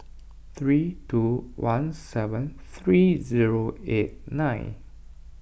three two one seven three zero eight nine